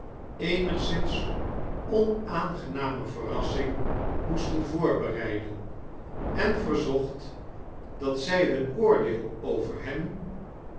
eenigszins onaangename verrassing moesten voorbereiden en verzocht dat zy nun oordeel over hem